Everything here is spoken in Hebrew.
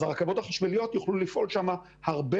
אז הרכבות החשמליות יוכלו לפעול שם הרבה